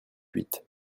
huit